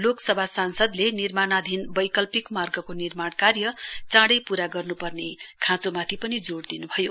लोकसभा सांसदले निर्माणाधीन वैकल्पिक मार्गको निर्माण कार्य चाडै पूरा गर्नुपर्ने खाँचोमाथि पनि जोड दिनुभयो